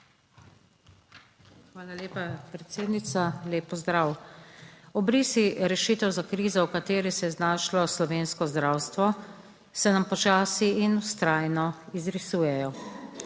Hvala lepa, predsednica. Lep pozdrav! Obrisi rešitev za krizo v kateri se je znašlo slovensko zdravstvo, se nam počasi in vztrajno izrisujejo.